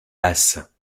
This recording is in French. lasse